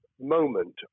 moment